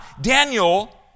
Daniel